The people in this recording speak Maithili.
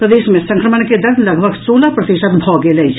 प्रदेश मे संक्रमण के दर लगभग सोलह प्रतिशत भऽ गेल अछि